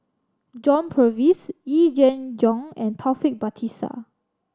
John Purvis Yee Jenn Jong and Taufik Batisah